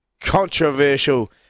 controversial